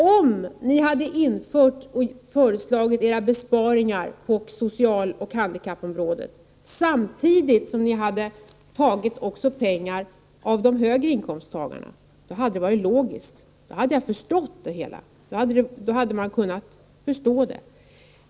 Om ni hade kommit med besparingar på socialoch handikappområdet och samtidigt hade tagit pengar från de högre inkomsttagarna, hade resonemanget varit logiskt. Då hade jag förstått det hela.